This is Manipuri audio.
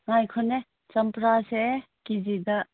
ꯉꯥꯏꯈꯣꯅꯦ ꯆꯝꯄ꯭ꯔꯥꯁꯦ ꯀꯦꯖꯤꯗ